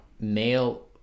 male